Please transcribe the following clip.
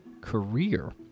career